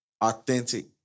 authentic